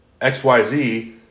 XYZ